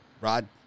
Rod